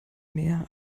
mehr